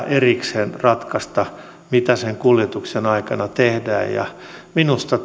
erikseen ratkaista mitä sen kuljetuksen aikana tehdään minusta